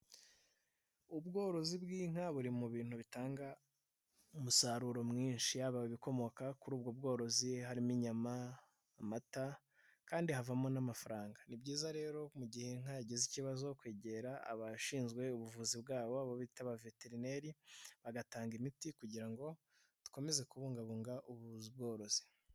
Ubworozi bw'inka buri mu bintu bitanga umusaruro mwinshi, yaba ibikomoka kuri ubwo bworozi; harimo inyama, amata kandi havamo n'amafaranga. Ni byiza rero mu gihegize ikibazo kwegera abashinzwe ubuvuzi bwabo bo bita aba veterineri bagatanga imiti kugira ngo dukomeze kubungabunga ubu ubworozi.